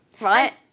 Right